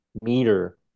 meter